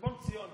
על חשבון ציונה.